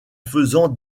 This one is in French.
faisant